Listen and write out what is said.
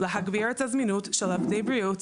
להגביר את הזמינות של עובדי בריאות,